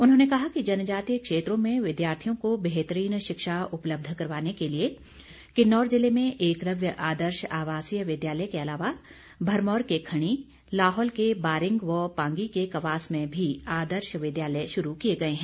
उन्होंने कहा कि जनजातीय क्षेत्रों में विद्यार्थियों को बेहतरीन शिक्षा उपलब्ध करवाने के लिए किन्नौर जिले में एकलव्य आदर्श आवासीय विद्यालय के अलावा भरमौर के खणी लाहौल के बारिंग व पांगी के कवास में भी आदर्श विद्यालय शुरू किए गए हैं